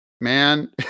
man